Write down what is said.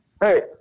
Hey